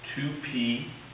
2p